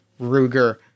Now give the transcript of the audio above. Ruger